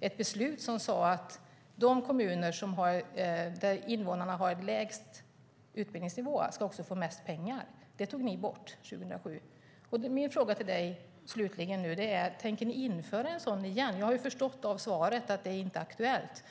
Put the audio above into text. ett beslut som sade att de kommuner där invånarna hade lägst utbildningsnivå också skulle få mest pengar. Detta tog ni bort 2007. Tänker ni införa något sådant igen? Jag har förstått av svaret att det inte är aktuellt.